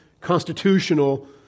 constitutional